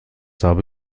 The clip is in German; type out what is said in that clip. habe